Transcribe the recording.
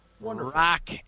Rock